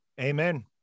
Amen